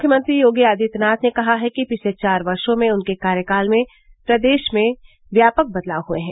मुख्यमंत्री योगी आदित्यनाथ ने कहा है कि पिछले चार वर्षो में उनके कार्यकाल में प्रदेश में व्यापक बदलाव हुए हैं